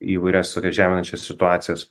įvairias tokias žeminančias situacijas